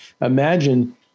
Imagine